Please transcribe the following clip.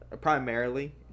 primarily